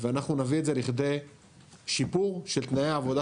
ואנחנו נביא את זה לכדי שיפור של תנאי העבודה